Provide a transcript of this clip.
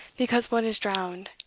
because one is drowned?